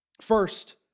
First